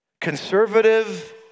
conservative